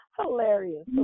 hilarious